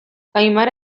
aimara